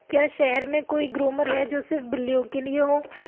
کیا شہر میں کوئی گرومر ہے جو صرف بلیوں کے لیے ہوں